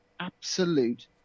absolute